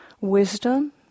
wisdom